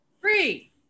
Three